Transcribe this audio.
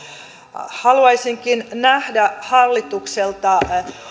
haluaisinkin nähdä hallitukselta